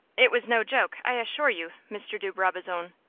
it was no joke, i assure you, mr. de brabazon.